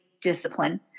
discipline